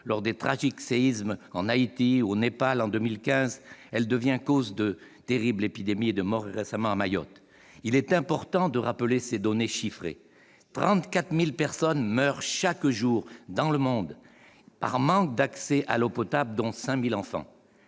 lors des tragiques séismes en Haïti ou au Népal en 2015, ou encore à Mayotte -, elle devient la cause de terribles épidémies et de mort. Il est important de rappeler des données chiffrées : 34 000 personnes meurent chaque jour dans le monde par manque d'accès à l'eau potable, dont 5 000 enfants